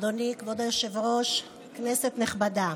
אדוני כבוד היושב-ראש, כנסת נכבדה,